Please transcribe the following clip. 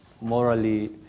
morally